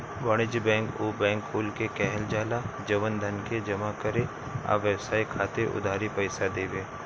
वाणिज्यिक बैंक उ बैंक कुल के कहल जाला जवन धन के जमा करे आ व्यवसाय खातिर उधारी पईसा देवे